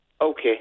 Okay